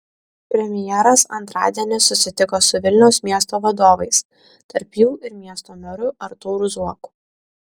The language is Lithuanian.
premjeras antradienį susitiko su vilniaus miesto vadovais tarp jų ir miesto meru artūru zuoku